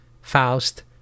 Faust